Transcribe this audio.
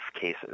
cases